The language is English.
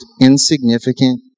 insignificant